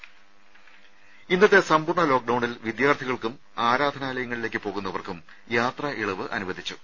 രുമ ഇന്നത്തെ സമ്പൂർണ്ണ ലോക്ഡൌണിൽ വിദ്യാർത്ഥികൾക്കും ആരാധനാലയങ്ങളിലേക്ക് പോകുന്നവർക്കും യാത്രാ ഇളവ് അനുവദിച്ചു